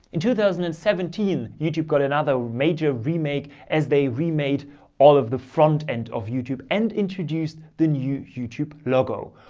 in two thousand and seventeen, youtube got another major remake as they remade all of the front end of youtube and introduced the new youtube logo.